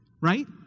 right